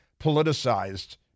politicized